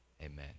amen